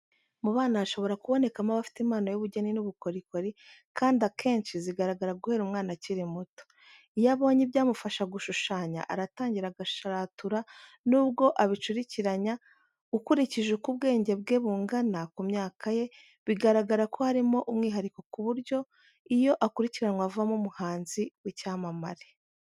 Mu bana hashobora kubonekamo abafite impano y'ubugeni n'ubukorikori, kandi akenshi zigaragara guhera umwana akiri muto. Iyo abonye ibyamufasha gushushanya aratangira agasharatura n'ubwo abicurikiranya, ukurikije uko ubwenge bwe bungana ku myaka ye, bigaragara ko harimo umwihariko ku buryo iyo akurikiranywe avamo umuhanzi w'icyamamare.